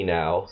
now